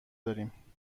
داریم